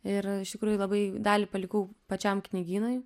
ir iš tikrųjų labai dalį palikau pačiam knygynui